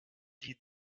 die